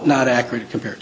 not accurate compared